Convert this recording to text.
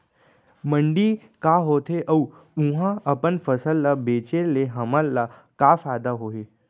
मंडी का होथे अऊ उहा अपन फसल ला बेचे ले हमन ला का फायदा होही?